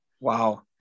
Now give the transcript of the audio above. wow